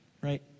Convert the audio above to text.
right